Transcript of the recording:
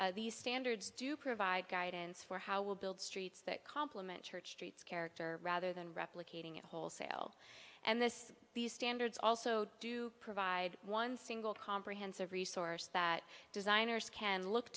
these standards do provide guidance for how we'll build streets that complement church streets character rather than replicating it wholesale and this these standards also do provide one single comprehensive resource that designers can look